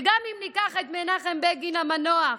ואם ניקח את מנחם בגין המנוח,